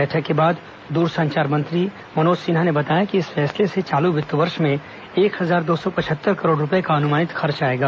बैठक के बाद दूरसंचार मंत्री मनोज सिन्हा ने बताया कि इस फैसले से चालू वित्त वर्ष में एक हजार दो सौ पचहत्तर करोड़ रुपये का अनुमानित खर्च आयेगा